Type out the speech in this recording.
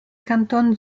canton